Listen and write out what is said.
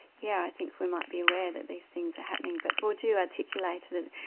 yeah i think we might be aware that these things are happening, but bourdieu articulated